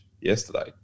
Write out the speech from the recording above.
yesterday